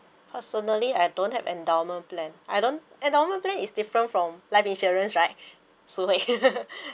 personally I don't have endowment plan I don't endowment plan is different from life insurance right Shu Hui